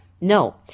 No